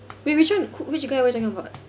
wait which who which guy we're talking about